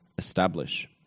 establish